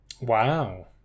Wow